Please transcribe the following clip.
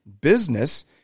business